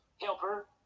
helper